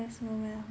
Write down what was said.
moment of